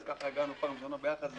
ואז ככה הגענו פעם ראשונה ביחד,